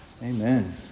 Amen